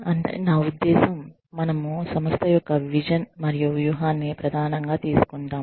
అంటే నా ఉద్దేశ్యం మనము సంస్థ యొక్క విజన్ మరియు వ్యూహాన్ని ప్రధానంగా తీసుకుంటాము